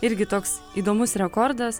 irgi toks įdomus rekordas